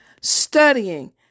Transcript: studying